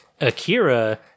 Akira